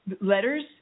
letters